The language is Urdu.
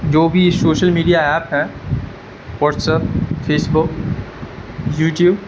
جو بھی سوشل میڈیا ایپ ہے WhatsApp Facebook you tube